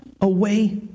away